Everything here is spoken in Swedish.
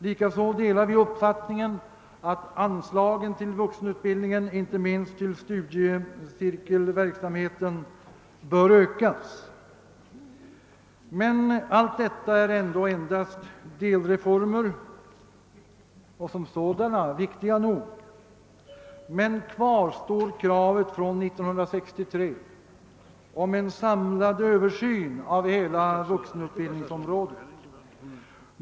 Likaså delar vi uppfattningen att anslagen till vuxenutbildningen, inte minst till studiecirkelverksamheten, bör ökas. Allt detta är dock endast delreformer och som sådana viktiga nog, men kvar står kravet från 1963 på en samlad översyn av hela vuxenutbildningsområdet.